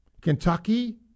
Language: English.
Kentucky